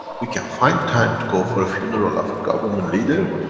you can find time to go for a funeral of of government leader,